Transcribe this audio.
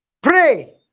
pray